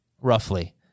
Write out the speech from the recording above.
roughly